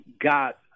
got